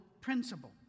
principle